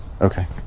Okay